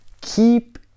keep